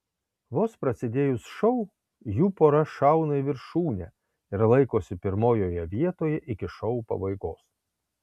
vos prasidėjus šou jų pora šauna į viršūnę ir laikosi pirmojoje vietoje iki šou pabaigos